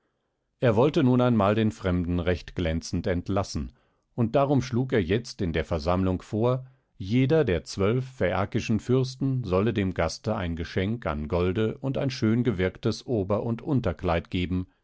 er wollte nun einmal den fremden recht glänzend entlassen und darum schlug er jetzt in der versammlung vor jeder der zwölf phäakischen fürsten solle dem gaste ein geschenk an golde und ein schön gewirktes ober und unterkleid geben